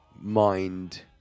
mind